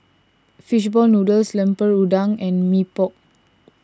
Fish Ball Noodles Lemper Udang and Mee Pok